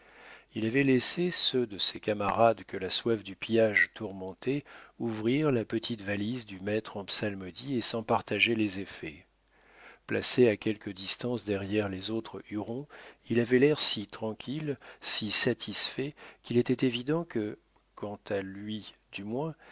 il avait laissé ceux de ses camarades que la soif du pillage tourmentait ouvrir la petite valise du maître en psalmodie et s'en partager les effets placé à quelque distance derrière les autres hurons il avait l'air si tranquille si satisfait qu'il était évident que quant à lui du moins